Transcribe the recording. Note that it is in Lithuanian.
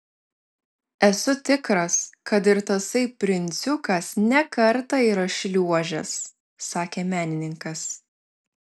esu tikras kad ir tasai princiukas ne kartą yra šliuožęs sakė menininkas